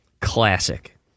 Classic